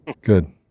Good